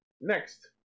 next